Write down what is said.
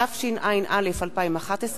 התשע”א 2011,